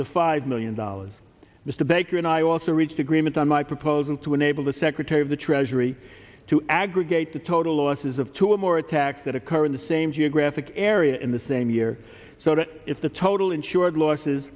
to five million dollars mr baker and i also reached agreement on my proposal to enable the secretary of the treasury to aggregate the total losses of two or more attacks that occur in the same geographic area in the same year so that if the total insured losses